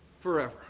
forever